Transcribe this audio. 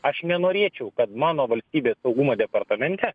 aš nenorėčiau kad mano valstybės saugumo departamente